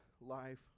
life